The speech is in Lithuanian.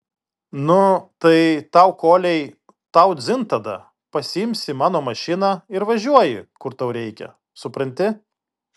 nu tai tau koliai tau dzin tada pasiimsi mano mašiną ir važiuoji kur tau reikia supranti